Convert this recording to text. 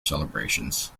celebrations